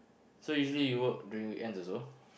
so usually you work during weekends also